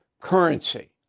currency